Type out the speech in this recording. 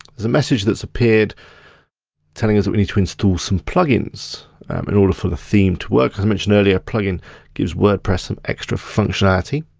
there's a message that's appeared telling us that we need to instal some plugins in order for the theme to work. as i mentioned earlier, a plugin gives wordpress some extra functionality.